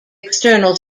external